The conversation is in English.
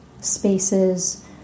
Spaces